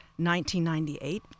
1998